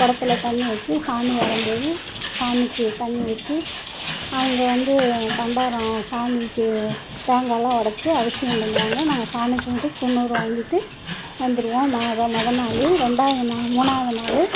குடத்துல தண்ணி வெச்சு சாமி வரும்போது சாமிக்கு தண்ணி ஊற்றி அவங்க வந்து பண்டாரம் சாமிக்கு தேங்காயெல்லாம் உடச்சி அபிஷேகம் பண்ணுவாங்க நாங்கள் சாமி கும்பிட்டு துன்னுாறு வாங்கிட்டு வந்துடுவோம் ம மொதல் நாள் ரெண்டாவது நா மூணாவது நாள்